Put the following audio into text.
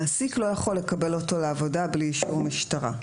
מעסיק לא יכול לקבל אותו לעבודה בלי אישור משטרה.